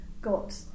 got